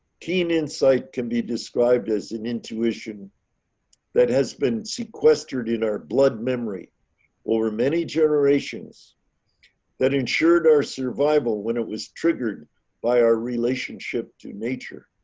keen insight can be described as an intuition that has been sequestered in our blood memory over many generations that ensured our survival when it was triggered by our relationship to nature.